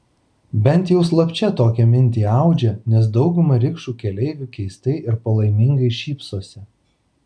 bent jau slapčia tokią mintį audžia nes dauguma rikšų keleivių keistai ir palaimingai šypsosi